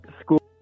school